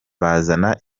bazana